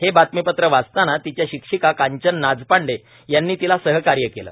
हे बातमीपत्र वाचतांना तिच्या शिक्षिका कांचन नाजपांडे यांनी तिला सहकार्य केलं